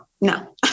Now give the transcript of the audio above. No